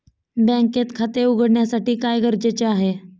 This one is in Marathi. बँकेत खाते उघडण्यासाठी काय गरजेचे आहे?